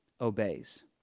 obeys